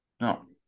No